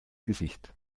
gesicht